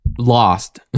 lost